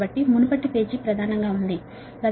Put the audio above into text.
కాబట్టి మునుపటి పేజీ ప్రధానంగా ఉంది